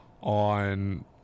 on